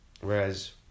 Whereas